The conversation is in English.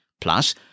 Plus